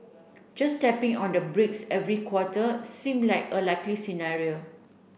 just tapping on the brakes every quarter seem like a likely scenario